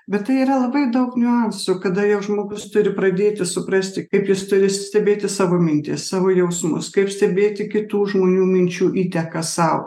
bet tai yra labai daug niuansų kada jau žmogus turi pradėti suprasti kaip jis turi stebėti savo mintis savo jausmus kaip stebėti kitų žmonių minčių įtakas sau